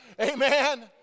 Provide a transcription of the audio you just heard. Amen